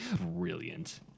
brilliant